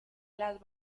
las